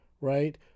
Right